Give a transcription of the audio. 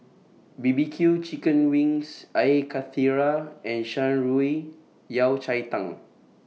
B B Q Chicken Wings Air Karthira and Shan Rui Yao Cai Tang